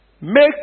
Make